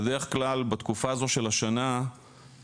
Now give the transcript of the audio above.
בדרך כלל בתקופה הזו של השנה משטרת